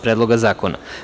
Predloga zakona.